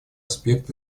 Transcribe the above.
аспект